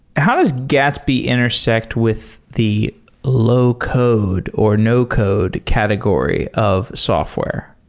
how does gatsby intersect with the low code or no code category of software?